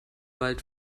wald